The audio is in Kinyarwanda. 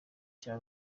cya